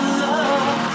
love